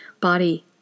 body